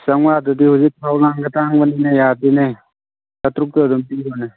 ꯆꯃꯉꯥꯗꯨꯗꯤ ꯍꯧꯖꯤꯛ ꯊꯥꯎ ꯂꯥꯡꯒ ꯇꯥꯡꯕꯅꯤꯅ ꯌꯥꯗꯦꯅꯦ ꯆꯥꯇꯔꯨꯛꯇꯨ ꯑꯗꯨꯝ ꯄꯤꯔꯣꯅꯦ